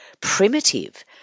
primitive